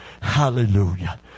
Hallelujah